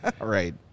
Right